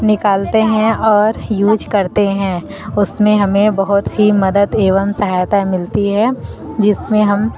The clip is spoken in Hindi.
निकालते हैं और यूज करते हैं उस में हमें बहुत ही मदद एवं सहायता मिलती है जिस में हम